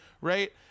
right